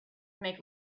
make